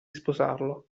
sposarlo